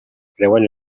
creuen